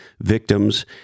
victims